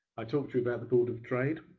i talked to you about the board of trade.